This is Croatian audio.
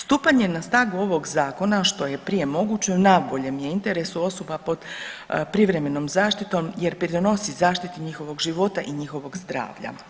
Stupanjem na snagu ovog zakona što je prije moguće u najboljem je interesu osoba pod privremenom zaštitom jer pridonosi zaštiti njihovog života i njihovog zdravlja.